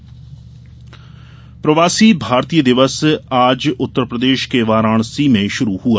प्रवासी दिवस प्रवासी भारतीय दिवस आज उत्तर प्रदेश के वाराणसी में शुरू हुआ